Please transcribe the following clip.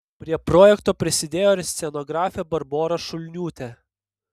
prie projekto prisidėjo ir scenografė barbora šulniūtė